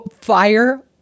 fire